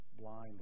blind